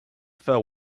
fell